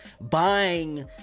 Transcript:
buying